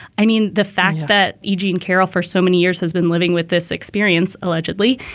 i mean, the fact that eugene carol for so many years has been living with this experience, allegedly.